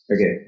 Okay